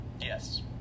Yes